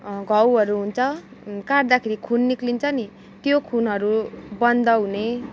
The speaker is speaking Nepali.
घाउहरू हुन्छ काट्दाखेरि खुन निकलिन्छ नि त्यो खुनहरू बन्द हुने